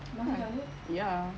have ya